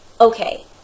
Okay